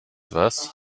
was